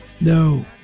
No